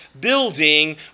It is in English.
building